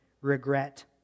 regret